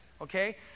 okay